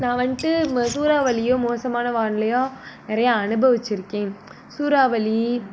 நான் வந்துட்டு சூறாவளியும் மோசமான வானிலையோ நிறையா அனுபவிச்சிருக்கேன் சூறாவளி